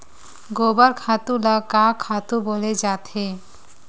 गोबर खातु ल का खातु बोले जाथे?